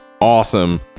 awesome